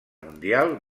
mundial